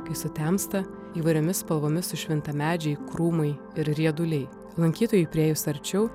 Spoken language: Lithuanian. kai sutemsta įvairiomis spalvomis sušvinta medžiai krūmai ir rieduliai lankytojui priėjus arčiau